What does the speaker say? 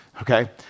okay